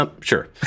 Sure